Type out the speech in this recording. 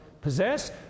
possess